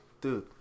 Dude